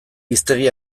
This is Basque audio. hiztegi